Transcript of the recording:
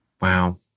Wow